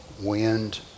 wind